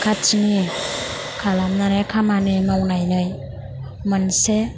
खाथिनि खालामनानै खामानि मावनानै मोनसे